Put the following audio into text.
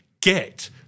get